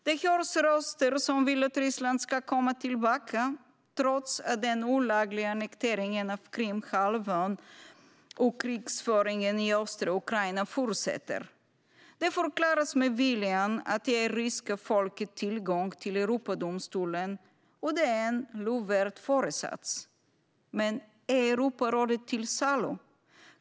Det hörs röster som vill att Ryssland ska komma tillbaka, trots att den olagliga annekteringen av Krimhalvön och krigföringen i östra Ukraina fortsätter. Det förklaras med viljan att ge ryska folket tillgång till Europadomstolen, och det är en lovvärd föresats. Men är Europarådet till salu?